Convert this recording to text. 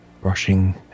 brushing